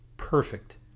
perfect